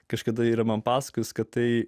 kažkada yra man pasakojus kad tai